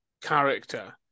character